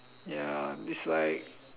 ya is like